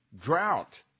Drought